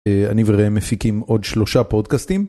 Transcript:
אני וראה מפיקים עוד שלושה פודקאסטים.